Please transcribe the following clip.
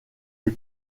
est